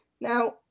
Now